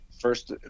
first